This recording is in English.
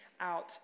out